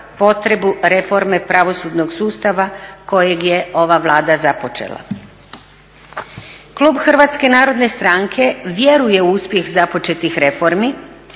potrebu reforme pravosudnog sustava kojeg je ova Vlada započela. Klub HNS-a vjeruje u uspjeh započetih reformi,